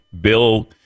Bill